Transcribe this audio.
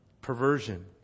Perversion